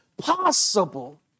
possible